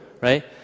right